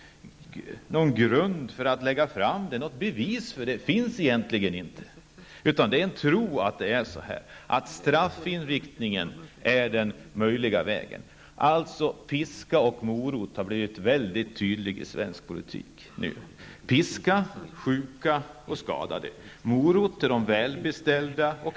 Det är en tro att det är så här och att straff är den enda möjliga vägen. Metoden med piska och morot har blivit väldigt tydlig i svensk politik. Piska för sjuka och skadade men morot för de välbeställda.